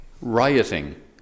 rioting